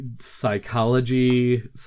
psychology